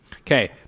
Okay